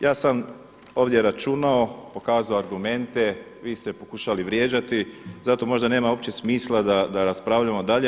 Ja sam ovdje računao, pokazao argumente, vi ste pokušali vrijeđati, zašto možda nema uopće smisla da raspravljamo dalje.